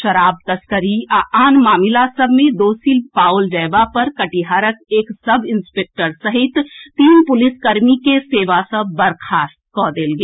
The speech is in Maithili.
शराब तस्करी आ आन मामिला सभ मे दोषी पाओल जएबा पर कटिहारक एक सब इंस्पेक्टर सहित तीन पुलिसकर्मी के सेवा सँ बर्खास्त कऽ देल गेल